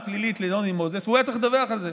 פלילית לנוני מוזס והוא היה צריך לדווח על זה.